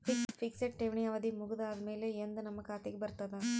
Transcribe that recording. Fixed ಠೇವಣಿ ಅವಧಿ ಮುಗದ ಆದಮೇಲೆ ಎಂದ ನಮ್ಮ ಖಾತೆಗೆ ಬರತದ?